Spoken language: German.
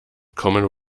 commen